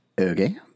okay